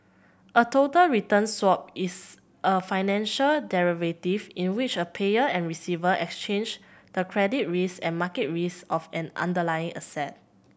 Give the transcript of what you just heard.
a total return swap is a financial derivative in which a payer and receiver exchange the credit risk and market risk of an underlying asset